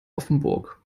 offenburg